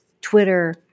Twitter